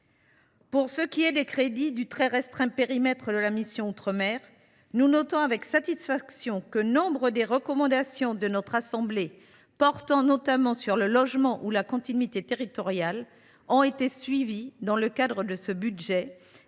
Pour ce qui est des crédits du très restreint périmètre de la mission « Outre mer », nous notons avec satisfaction que nombre des recommandations de notre assemblée, portant notamment sur le logement ou sur la continuité territoriale, ont été suivies dans le cadre de ce budget,